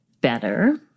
better